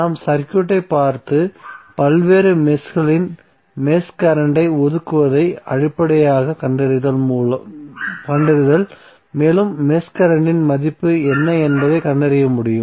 நாம் சர்க்யூட்டை பார்த்து பல்வேறு மெஷ்களில் மெஷ் கரண்ட் ஐ ஒதுக்குவதை அடிப்படையாகக் கண்டறிதல் மேலும் மெஷ் கரண்ட்டின் மதிப்பு என்ன என்பதைக் கண்டறிய முடியும்